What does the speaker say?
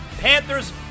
Panthers